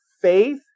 faith